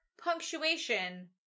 punctuation